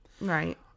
Right